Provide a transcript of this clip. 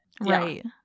right